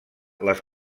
les